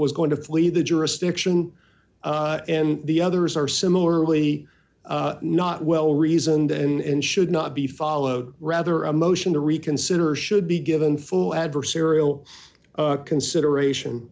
was going to flee the jurisdiction and the others are similarly not well reasoned and should not be followed rather a motion to reconsider should be given full adversarial consideration